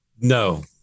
No